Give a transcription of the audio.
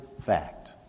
fact